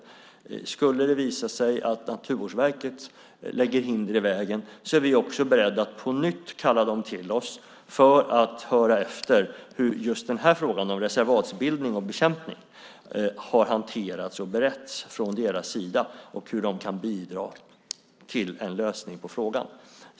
Om det skulle visa sig att det ändå är problem och att Naturvårdsverket lägger hinder i vägen är vi beredda att på nytt kalla dem till oss för att höra efter hur frågan om reservatsbildning och bekämpning har hanterats och beretts från deras sida och hur de kan bidra till en lösning på frågan.